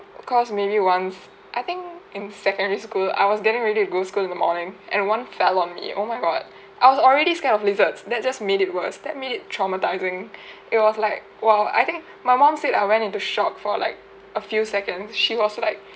of course maybe once I think in secondary school I was getting ready to go school in the morning and one fell on me oh my god I was already scared of lizards that just made it worse that made it traumatizing it was like well I think my mom said I went into shock for like a few seconds she was like